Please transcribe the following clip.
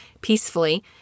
peacefully